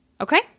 okay